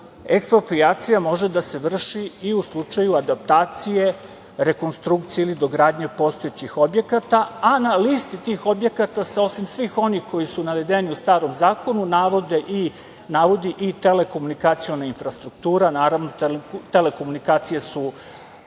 eksproprijacija može da se vrši i u slučaju adaptacije, rekonstrukcije ili dogradnje postojećih objekata, a na listi tih objekata se osim svih onih koji su navedeni u starom zakonu navodi i telekomunikaciona infrastruktura. Naravno, telekomunikacije su